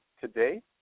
today